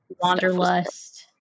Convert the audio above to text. wanderlust